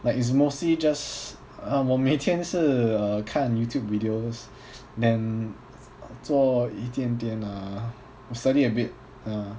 like it's mostly just um 我每天是 uh 看 YouTube videos then 做一点点 err study a bit ah